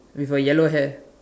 with a yellow hair